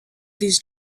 these